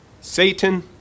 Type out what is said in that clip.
Satan